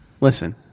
Listen